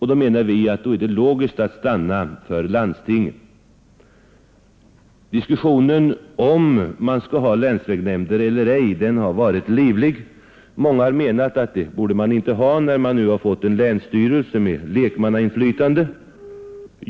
Vi anser det då vara logiskt att stanna för landstinget. Diskussionen huruvida man skall ha länsvägnämnder eller ej har varit livlig. Många har menat att man inte borde ha sådana när man nu fått en länsstyrelse med lekmannainflytande.